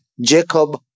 Jacob